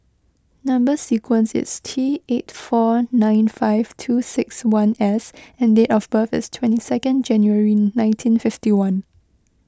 Number Sequence is T eight four nine five two six one S and date of birth is twenty second January nineteen fifty one